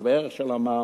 או שווה ערך של המע"מ,